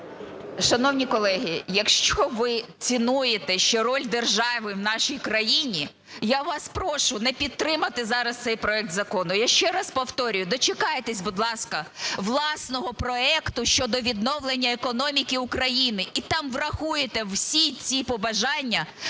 Шановні колеги, якщо ви цінуєте ще роль держави в нашій країні, я вас прошу не підтримувати зараз цей проект закону. Я ще раз повторюю, дочекайтесь, будь ласка, власного проекту щодо відновлення економіки України і там врахуєте всі ці побажання.